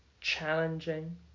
challenging